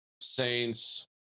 Saints